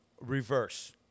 reverse